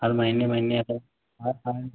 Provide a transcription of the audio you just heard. हर महीने महीने अगर साल साल